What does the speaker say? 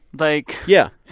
like. yeah.